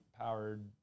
powered